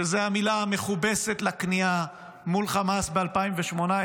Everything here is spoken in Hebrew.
שזאת הייתה מילה מכובסת לכניעה מול חמאס ב-2018,